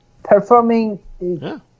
Performing